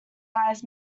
eyes